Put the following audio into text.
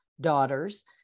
daughters